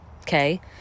okay